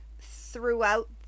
throughout